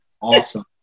awesome